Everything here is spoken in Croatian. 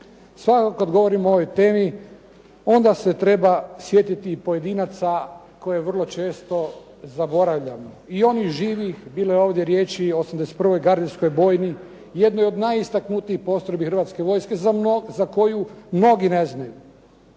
Svakako kad govorim o ovoj temi onda se treba sjetiti i pojedinaca koje vrlo često zaboravljamo i onih živih. Bilo je ovdje riječi o 81. gardijskoj bojni, jednoj od najistaknutijih postrojbi Hrvatske vojske za koju mnogi ne znaju.